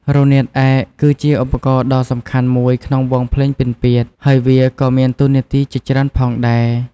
រនាតឯក គឺជាឧបករណ៍ដ៏សំខាន់មួយក្នុងវង់ភ្លេងពិណពាទ្យ ហើយវាក៏មានតួនាទីជាច្រើនផងដែរ។